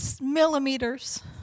millimeters